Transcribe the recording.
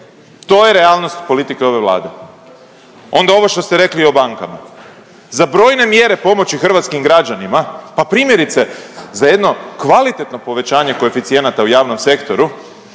To je realnost politike ove Vlade. Onda ovo što ste rekli i o bankama. Za brojne mjere pomoći hrvatskim građanima pa primjerice za jedno kvalitetno povećanje koeficijenata u javnom sektoru